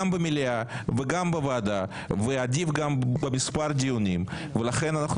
גם במליאה וגם בוועדה ועדיף גם במספר דיונים ולכן אנחנו